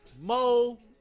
mo